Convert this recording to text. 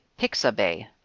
Pixabay